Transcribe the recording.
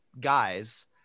guys